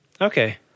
Okay